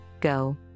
go